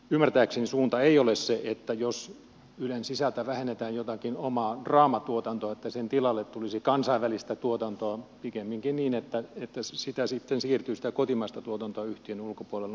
ymmärtääkseni suunta ei ole se että jos ylen sisältä vähennetään jotakin omaa draamatuotantoa sen tilalle tulisi kansainvälistä tuotantoa vaan pikemminkin niin että sitä kotimaista tuotantoa sitten siirtyy yhtiön ulkopuolelle